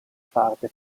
parte